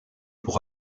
pour